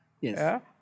yes